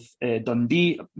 Dundee